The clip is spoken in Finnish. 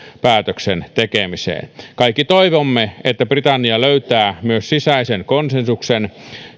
päätöksen tekemiseen kaikki toivomme että britannia löytää myös sisäisen konsensuksen